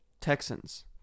Texans